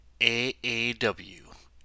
AAW